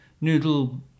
noodle